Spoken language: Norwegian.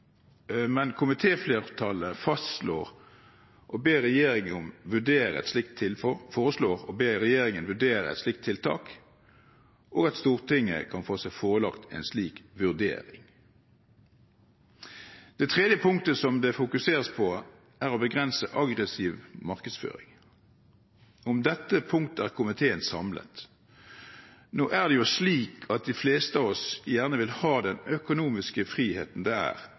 men komitéflertallet foreslår å be regjeringen vurdere et slikt tiltak og at Stortinget kan få seg forelagt en slik vurdering. Det tredje punktet som det fokuseres på, er å begrense aggressiv markedsføring. Om dette punktet er komiteen samlet. Nå er det jo slik at de fleste av oss gjerne vil ha den økonomiske friheten det er